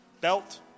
Belt